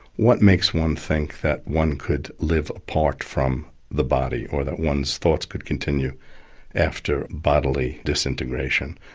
what makes one think that one could live apart from the body, or that one's thoughts could continue after bodily disintegration?